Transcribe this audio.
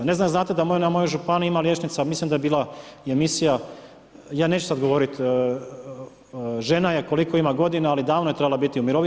Ne znam jel znate da na mojoj županiji ima liječnica, mislim da je bila i emisija, ja neću sad govoriti, žena je, koliko ima godina, ali davno je trebala biti u mirovini.